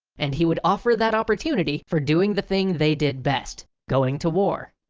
and he would offer that opportunity for doing the thing they did best going to war.